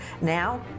Now